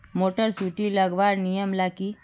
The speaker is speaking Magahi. मोटर सुटी लगवार नियम ला की?